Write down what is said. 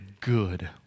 good